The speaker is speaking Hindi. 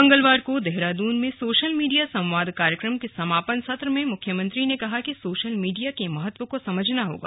मंगलवार को देहरादून में सोशल मीडिया संवाद कार्यक्रम के समापन सत्र में मुख्यमंत्री ने कहा कि सोशल मीडिया के महत्व को समझना होगा